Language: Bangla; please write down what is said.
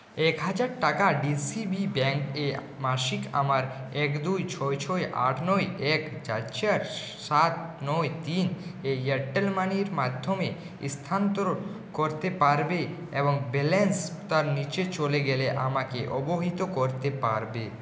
এক হাজার টাকা ডি সি বি ব্যাঙ্কে মাসিক আমার এক দুই ছয় ছয় আট নয় এক চার চার সাত নয় তিন এ এয়ারটেল মানির মাধ্যমে ইস্থানানন্তর করতে পারবে এবং ব্যালেন্স তার নিচে চলে গেলে আমাকে অবহিত করতে পারবে